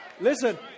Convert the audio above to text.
Listen